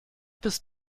bist